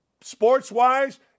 sports-wise